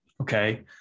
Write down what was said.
Okay